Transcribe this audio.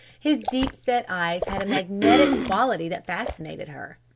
his deep-set eyes had a magnetic quality that fascinated her.